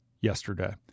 yesterday